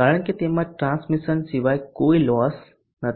કારણ કે તેમાં ટ્રાન્સમિશન સિવાય કોઈ લોસ નથી